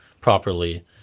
properly